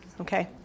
Okay